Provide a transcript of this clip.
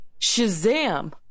Shazam